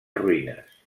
ruïnes